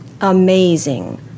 amazing